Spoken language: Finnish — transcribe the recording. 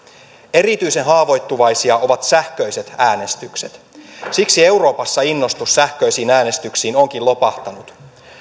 erityisen haavoittuvaisia ovat sähköiset äänestykset siksi euroopassa innostus sähköisiin äänestyksiin onkin lopahtanut